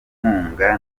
nkunga